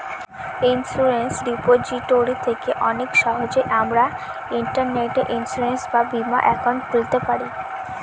insurance repository থেকে অনেক সহজেই আমরা ইন্টারনেটে ইন্সুরেন্স বা বীমা একাউন্ট খুলতে পারি